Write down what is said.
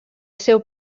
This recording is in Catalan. seu